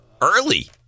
Early